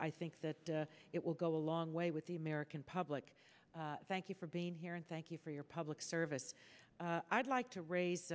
i think that it will go a long way with the american public thank you for being here and thank you for your public service i'd like to raise